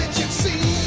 you've seen